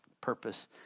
purpose